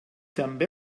també